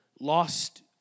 lost